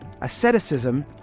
asceticism